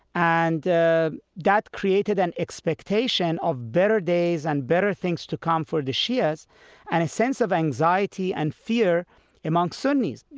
and that created an expectation of better days and better things to come for the shias and a sense of anxiety and fear among sunnis.